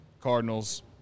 Cardinals